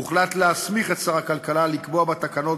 הוחלט להסמיך את שר הכלכלה לקבוע בתקנות,